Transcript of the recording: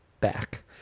back